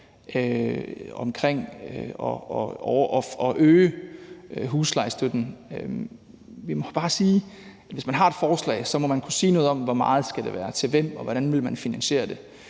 om at øge huslejestøtten, må vi bare sige, at man, hvis man har et forslag, så må kunne sige noget om, hvor meget det skal være og til hvem, og hvordan man vil finansiere det,